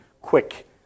quick